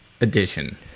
Edition